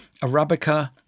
Arabica